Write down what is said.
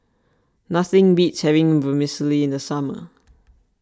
nothing beats having Vermicelli in the summer